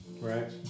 right